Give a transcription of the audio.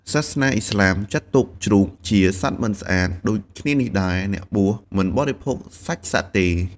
សាសនាឥស្លាមចាត់ទុកជ្រូកជាសត្វមិនស្អាត ដូចគ្នានេះដែរ អ្នកបួសមិនបរិភោគសាច់សត្វទេ។